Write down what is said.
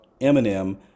Eminem